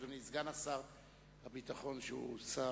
אדוני סגן שר הביטחון שהוא שר,